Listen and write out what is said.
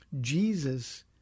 Jesus